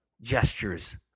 gestures